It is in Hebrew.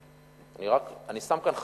אני שם כאן חסמים,